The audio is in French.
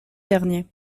derniers